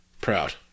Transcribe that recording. proud